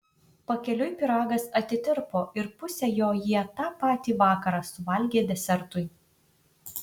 pakeliui pyragas atitirpo ir pusę jo jie tą patį vakarą suvalgė desertui